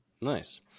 Nice